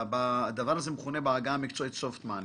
הדבר הזה מכונה בעגה המקצועית soft money.